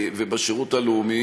השאר כן.